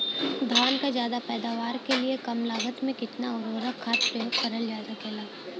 धान क ज्यादा पैदावार के लिए कम लागत में कितना उर्वरक खाद प्रयोग करल जा सकेला?